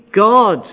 God